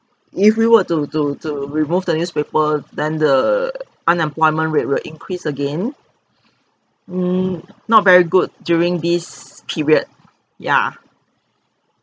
if we were to to to remove the newspaper than the unemployment rate will increase again mm not very good during this period yeah